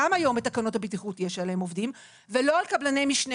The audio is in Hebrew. גם היום בתקנות הבטיחות יש עליהם אחריות ולא על קבלני המשנה.